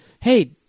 hey